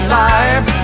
life